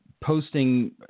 posting –